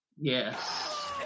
Yes